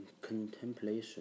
contemplation